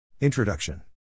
Introduction